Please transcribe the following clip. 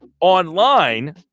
online